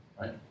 right